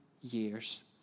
years